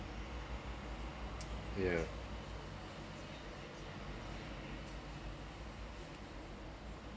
yeah